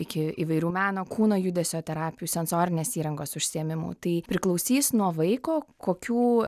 iki įvairių meno kūno judesio terapijų sensorinės įrangos užsiėmimų tai priklausys nuo vaiko kokių